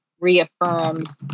reaffirms